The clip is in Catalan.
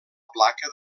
placa